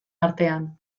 artean